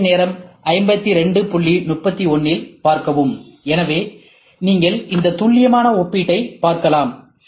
திரையின் நேரம் 5231இல் பார்க்கவும் எனவே நீங்கள் இந்த துல்லியமான ஒப்பீட்டை பார்க்கலாம்